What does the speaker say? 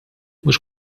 mhux